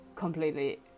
completely